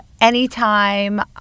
anytime